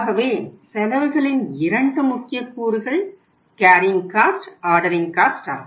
ஆகவே செலவுகளின் இரண்டு முக்கிய கூறுகள் கேரியிங் காஸ்ட் ஆகும்